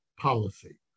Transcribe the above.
policy